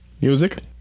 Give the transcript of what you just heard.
music